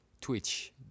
twitch